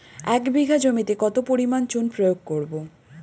এক বিঘা জমিতে কত পরিমাণ চুন প্রয়োগ করব?